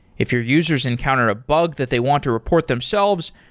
if your users encounter a bug that they want to report themselves,